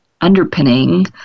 underpinning